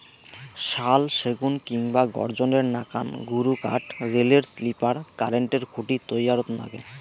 শাল, সেগুন কিংবা গর্জনের নাকান গুরুকাঠ রেলের স্লিপার, কারেন্টের খুঁটি তৈয়ারত নাগে